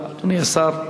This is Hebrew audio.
אדוני השר.